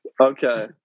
Okay